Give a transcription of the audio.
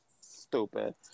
Stupid